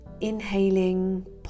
Inhaling